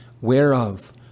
Whereof